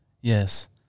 Yes